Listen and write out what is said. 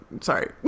Sorry